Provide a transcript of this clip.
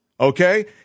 okay